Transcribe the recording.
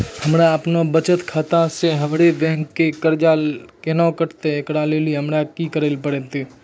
हमरा आपनौ बचत खाता से हमरौ बैंक के कर्जा केना कटतै ऐकरा लेली हमरा कि करै लेली परतै?